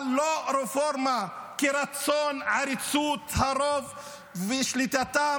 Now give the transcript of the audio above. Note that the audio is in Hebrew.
אבל לא רפורמה כרצון עריצות הרוב ושליטתם